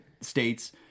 states